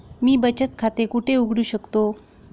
मी बचत खाते कुठे उघडू शकतो?